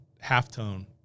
halftone